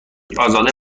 ازاده